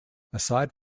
aside